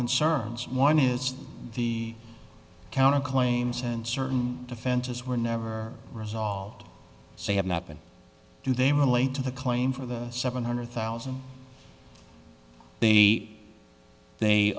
concerns one is the counter claims and certain defenses were never resolved so i have not been do they relate to the claim for the seven hundred thousand b they